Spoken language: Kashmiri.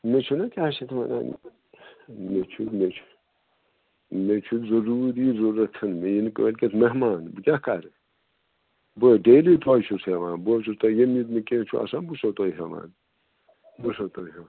مےٚ چھُ نا کیٛاہ چھِ اَتھ وَنان مےٚ چھِ مےٚ چھِ مےٚ چھِ ضروٗری ضروٗرت مےٚ یِن کٲلکیٚتھ مہمان بہٕ کیٛاہ کَرٕ بٔے ڈیلی تۄہہِ چھُس ہیٚوان بہٕ حظ چھُس تۄہہِ ییٚمہِ وِزِ مےٚ کیٚنٛہہ چھُ آسان بہٕ چھُ سو تۄہہِ ہیٚوان بہٕ چھِ سو تۄہہِ ہیٚوان